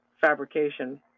fabrication